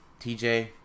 TJ